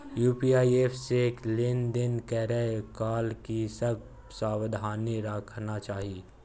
UPI app से लेन देन करै काल की सब सावधानी राखना चाही?